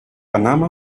panama